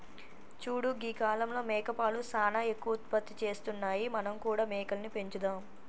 చూడు గీ కాలంలో మేకపాలు సానా ఎక్కువ ఉత్పత్తి చేస్తున్నాయి మనం కూడా మేకలని పెంచుదాం